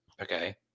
Okay